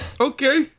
Okay